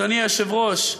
אדוני היושב-ראש,